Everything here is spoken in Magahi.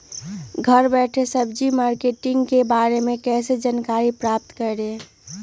घर बैठे सब्जी मार्केट के बारे में कैसे जानकारी प्राप्त करें?